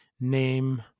name